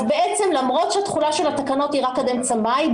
אז למרות שהתחולה של התקנות היא רק עד אמצע מאי,